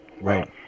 Right